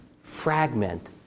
fragment